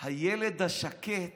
הילד השקט